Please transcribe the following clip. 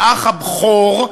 האח הבכור,